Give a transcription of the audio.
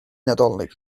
nadolig